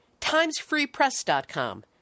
timesfreepress.com